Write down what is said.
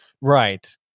Right